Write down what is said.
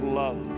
love